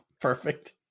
Perfect